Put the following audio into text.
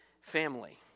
family